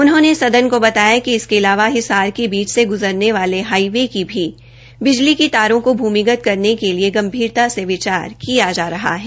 उन्होंने सदन को बताया कि इसके अलावा हिसार के बीच से ग्जरने वाले हाईवे की भी बिजली की तारों को भूमिगत करने के लिए गंभीरता से विचार किया जा रहा है